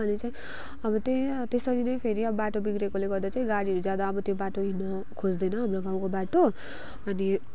अनि चाहिँ अब त्यही त्यसरी नै फेरी अब बाटो बिग्रिएकोले गर्दा चाहिँ गाडीहरू जाँदा अब त्यो बाटो हिड्नु खोज्दैन हाम्रो गाउँको बाटो अनि